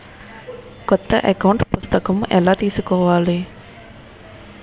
కొత్త అకౌంట్ పుస్తకము ఎలా తీసుకోవాలి?